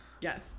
Yes